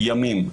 ימים.